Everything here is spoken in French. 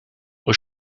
aux